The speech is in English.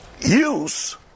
Use